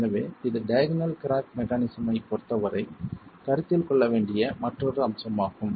எனவே இது diagonal crack mechanism ஐப் பொருத்தவரை கருத்தில் கொள்ள வேண்டிய மற்றொரு அம்சமாகும்